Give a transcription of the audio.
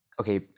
okay